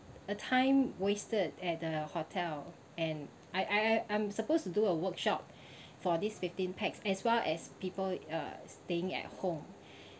a time wasted at the hotel and I I I'm supposed to do a workshop for this fifteen pax as well as people uh staying at home